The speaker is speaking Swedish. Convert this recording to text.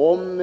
Om